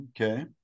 Okay